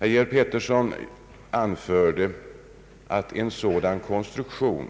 Herr Georg Pettersson anförde att en sådan konstruktion